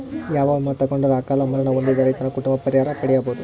ಯಾವ ವಿಮಾ ತೊಗೊಂಡರ ಅಕಾಲ ಮರಣ ಹೊಂದಿದ ರೈತನ ಕುಟುಂಬ ಪರಿಹಾರ ಪಡಿಬಹುದು?